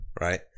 right